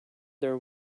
their